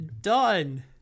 Done